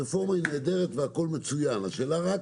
הרפורמה היא נהדרת והכול מצוין, השאלה היא רק